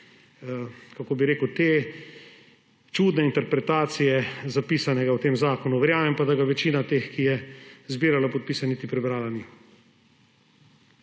odstreti te čudne interpretacije, zapisane v tem zakonu. Verjamem pa, da ga večina teh, ki je zbirala podpise, niti prebrala ni.